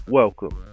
welcome